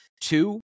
two